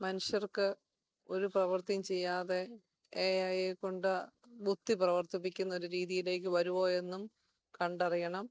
മനുഷ്യർക്ക് ഒരു പ്രവർത്തിയും ചെയ്യാതെ എ അയ്യേക്കൊണ്ട് ബുദ്ധി പ്രവർത്തിപ്പിക്കുന്നൊരു രീതിയിലേക്ക് വരുമോ എന്നും കണ്ടറിയണം